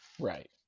right